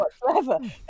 whatsoever